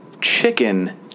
Chicken